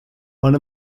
one